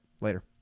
Later